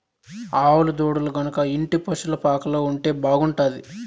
ఆవుల దూడలు గనక ఇంటి పశుల పాకలో ఉంటే బాగుంటాది